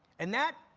and that,